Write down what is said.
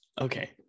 Okay